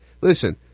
Listen